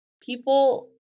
People